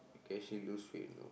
you can actually lose weight you know